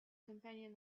companion